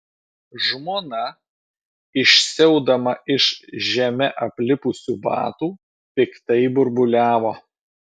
žmona išsiaudama iš žeme aplipusių batų piktai burbuliavo